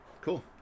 Cool